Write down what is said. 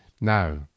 now